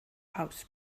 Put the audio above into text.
house